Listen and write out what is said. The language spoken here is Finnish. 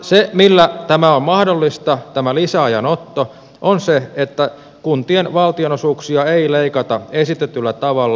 se millä tämä lisäajanotto on mahdollista on se että kuntien valtionosuuksia ei leikata esitetyllä tavalla